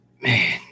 Man